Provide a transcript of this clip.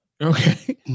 Okay